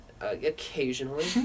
Occasionally